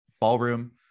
ballroom